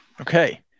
Okay